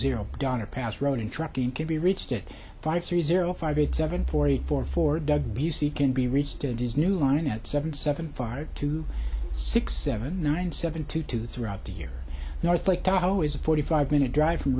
zero donner pass road in trucking can be reached at five three zero five eight seven forty four for drug abuse he can be reached at his new line at seven seven five two six seven nine seven to two throughout the year north lake tahoe is a forty five minute drive from